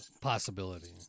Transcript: possibility